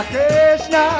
Krishna